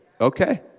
okay